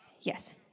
Yes